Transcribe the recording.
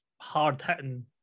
hard-hitting